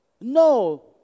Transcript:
No